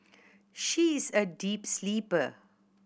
she is a deep sleeper